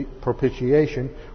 propitiation